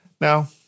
Now